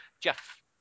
Jeff